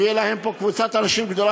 ותהיה להם פה קבוצת אנשים גדולה,